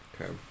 Okay